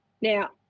now